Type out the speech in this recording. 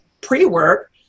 pre-work